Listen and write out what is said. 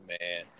man